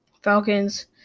Falcons